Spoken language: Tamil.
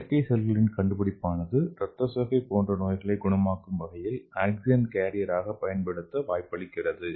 செயற்கை செல்களின் கண்டுபிடிப்பானது ரத்தசோகை போன்ற நோய்களை குணமாக்கும் வகையில் ஆக்ஸிஜன் கேரியராக பயன்படுத்த வாய்ப்பளிக்கிறது